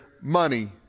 money